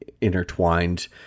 intertwined